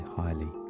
highly